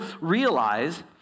realize